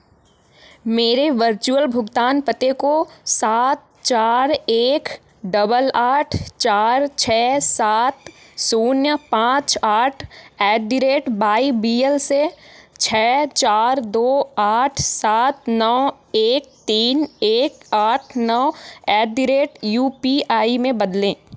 मेरे वर्चुअल भुगतान पते को सात चार एक डबल आठ चार छः सात शून्य पाँच आठ at the rate Y B L से छः चार दो आठ सात नौ एक तीन एक आठ नौ at the rate U P I में बदलें